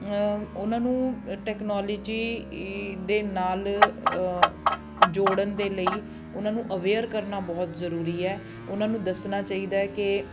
ਉਹਨਾਂ ਨੂੰ ਅ ਟੈਕਨੋਲੋਜੀ ਈ ਦੇ ਨਾਲ ਜੋੜਨ ਦੇ ਲਈ ਉਹਨਾਂ ਨੂੰ ਅਵੇਅਰ ਕਰਨਾ ਬਹੁਤ ਜ਼ਰੂਰੀ ਹੈ ਉਹਨਾਂ ਨੂੰ ਦੱਸਣਾ ਚਾਹੀਦਾ ਕਿ